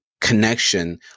connection